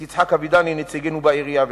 את יצחק אבידני נציגנו בעירייה,